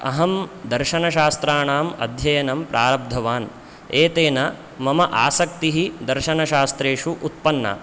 अहं दर्शनशास्त्राणाम् अध्ययनम् प्रारब्धवान् एतेन मम आसक्तिः दर्शनशास्त्रेषु उत्पन्ना